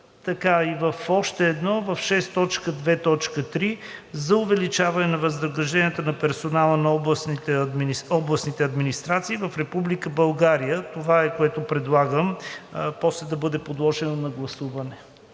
И в още едно – в 6.2.3 „за увеличаване на възнагражденията на персонала на областните администрации в Република България“ – това е, което предлагам после да бъде подложено на гласуване.